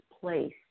place